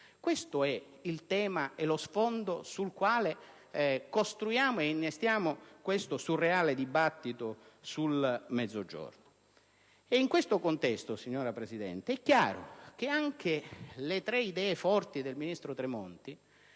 Questo è il tema e lo sfondo sul quale costruiamo e innestiamo questo surreale dibattito sul Mezzogiorno. In questo contesto, signora Presidente, è chiaro che anche le tre idee forti del ministro Tremonti